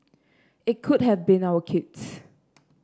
it could have been our kids